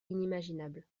inimaginable